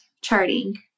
charting